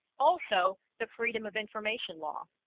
also the freedom of information law